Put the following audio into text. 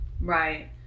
Right